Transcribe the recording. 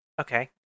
Okay